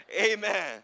amen